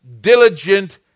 diligent